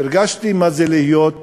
הרגשתי מה זה להיות עיוור.